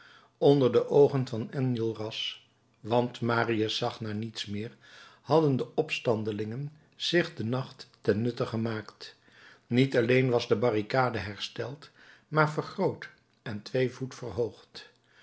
onder de oogen van enjolras want marius zag naar niets meer hadden de opstandelingen zich den nacht ten nutte gemaakt niet alleen was de barricade hersteld maar vergroot en twee voet verhoogd